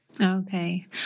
Okay